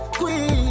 queen